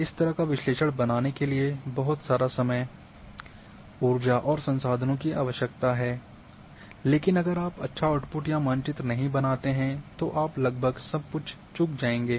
इस तरह का विश्लेषण बनाने के लिए बहुत सारा समय ऊर्जा और संसाधनों की आवश्यकता है लेकिन अगर आप अच्छा आउट्पुट या मानचित्र नहीं बनाते हैं तो आप लगभग सब कुछ चूक जाएँगे